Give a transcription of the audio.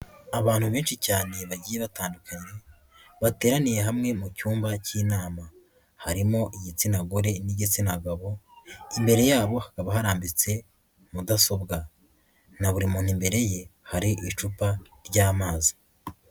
Abantu benshi cyane bagiye batandukanye bateraniye hamwe mu cyumba cy'inama, harimo igitsina gore n'igitsina gabo imbere yabo hakaba harambitse mudasobwa, na buri muntu mbere ye hari icupa ry'amazi.